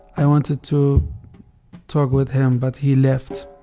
i wanted to talk with him, but he left.